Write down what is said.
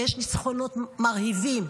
-- ויש ניצחונות מרהיבים.